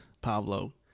pablo